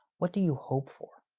what do you hope for?